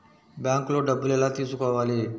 బ్యాంక్లో డబ్బులు ఎలా తీసుకోవాలి?